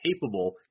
capable